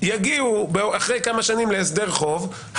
יגיעו אחרי כמה שנים להסדר חוב,